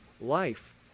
life